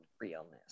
realness